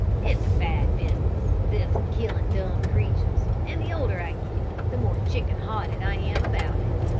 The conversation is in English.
it's a bad business this of killing dumb creatures, and the older i get, the more chicken-hearted i am about it.